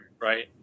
right